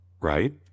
right